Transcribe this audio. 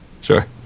Sure